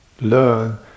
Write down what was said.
learn